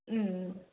ம்ம்